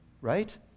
Right